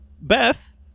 beth